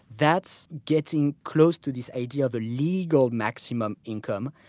that's getting close to this idea of the legal maximum income.